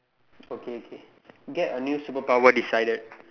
okay okay get a new superpower decided